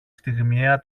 στιγμιαία